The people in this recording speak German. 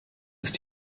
ist